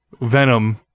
Venom